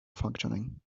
functioning